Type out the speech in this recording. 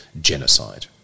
genocide